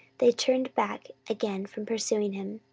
they turned back again from pursuing him.